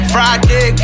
Friday